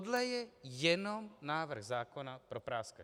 Tohle je jenom návrh zákona pro práskače.